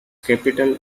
capital